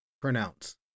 pronounce